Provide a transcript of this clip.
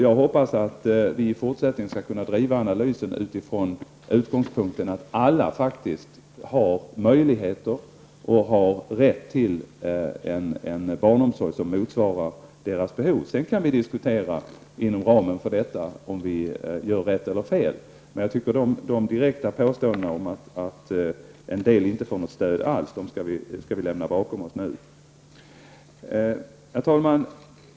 Jag hoppas att vi i fortsättningen skall kunna driva analysen från den utgångspunkten att alla faktiskt har rätt och möjligheter till en barnomsorg som motsvarar deras behov. Inom ramen för detta kan vi sedan diskutera om vi gör rätt eller fel, men jag tycker att vi skall lämna bakom oss de direkta påståendena om att en del inte får något stöd alls. Herr talman!